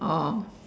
oh